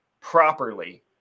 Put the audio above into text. properly